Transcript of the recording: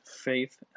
faith